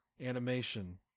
animation